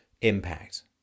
impact